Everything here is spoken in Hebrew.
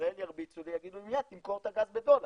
בישראל ירביצו לי ויגידו לי מיד למכור את הגז בדולר,